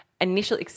initial